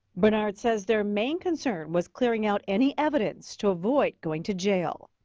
bernard says their main concern was clearing out any evidence to avoid going to jail.